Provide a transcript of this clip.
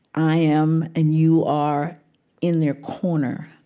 i am and you are in their corner.